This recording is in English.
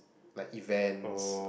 like events